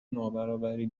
نابرابری